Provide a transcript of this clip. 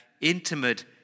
intimate